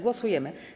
Głosujemy.